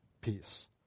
peace